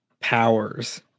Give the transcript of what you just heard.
powers